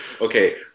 Okay